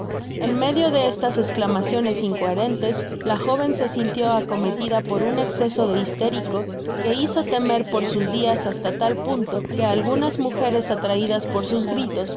en medio de estas esclamaciones incoherentes la joven se sintió acometida por un exceso de histérico que hizo lemer por sus dias hasta tal punto que algunas mugeres atraidas por sus gritos pidieron á